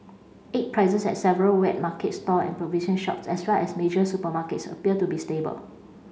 egg prices at several wet market stall and provision shops as well as major supermarkets appear to be stable